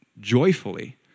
joyfully